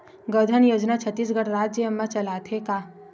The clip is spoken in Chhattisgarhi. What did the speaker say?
गौधन योजना छत्तीसगढ़ राज्य मा चलथे का?